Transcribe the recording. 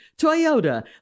Toyota